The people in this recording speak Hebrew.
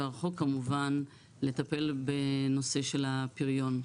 והרחוק כמובן לטפל בנושא של הפריון.